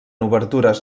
obertures